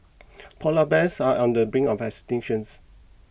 Polar Bears are on the brink of extinctions